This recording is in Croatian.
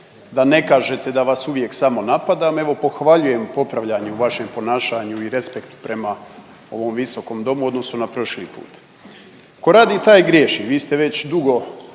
Da ne kažete da vas uvijek samo napadam, evo pohvaljujem popravljanje u vašem ponašanju i respektu prema ovom viskom domu u odnosu na prošli put. Tko radi taj i griješi. Vi ste već dugo